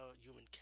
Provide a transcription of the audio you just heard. Human